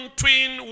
twin